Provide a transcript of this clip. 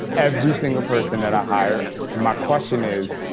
every single person that i hire, my question is